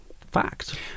fact